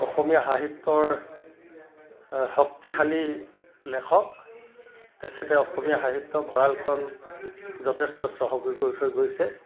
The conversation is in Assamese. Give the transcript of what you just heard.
অসমীয়া সাহিত্যৰ শক্তিশালী লেখক তেখেতে অসমীয়া সাহিত্যৰ ভঁৰালখন যথেষ্ট চহকী কৰি থৈ গৈছে